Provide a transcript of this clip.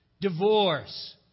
divorce